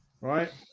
right